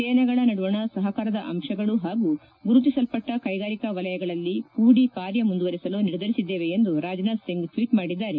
ಸೇನೆಗಳ ನಡುವಣ ಸಹಕಾರದ ಅಂಶಗಳು ಪಾಗೂ ಗುರುತಿಸಲ್ಪಟ್ಟ ಕೈಗಾರಿಕಾ ವಲಯಗಳಲ್ಲಿ ಕೂಡಿ ಕಾರ್ಯ ಮುಂದುವರೆಸಲು ನಿರ್ಧರಿಸಿದ್ದೇವೆ ಎಂದು ರಾಜನಾಥ್ ಸಿಂಗ್ ಟ್ವೀಟ್ ಮಾಡಿದ್ದಾರೆ